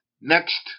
next